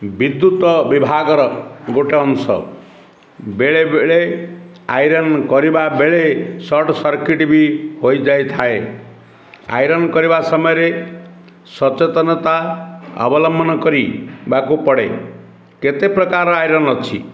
ବିଦ୍ୟୁତ ବିଭାଗର ଗୋଟେ ଅଂଶ ବେଳେବେଳେ ଆଇରନ୍ କରିବା ବେଳେ ସର୍ଟ ସର୍କିଟ୍ ବି ହୋଇଯାଇଥାଏ ଆଇରନ୍ କରିବା ସମୟରେ ସଚେତନତା ଅବଲମ୍ବନ କରିବାକୁ ପଡ଼େ କେତେ ପ୍ରକାରର ଆଇରନ୍ ଅଛି